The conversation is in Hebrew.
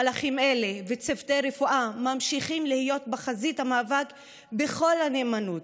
מלאכים אלה וצוותי הרפואה ממשיכים להיות בחזית המאבק בכל הנאמנות.